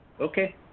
Okay